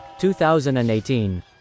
2018